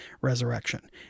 resurrection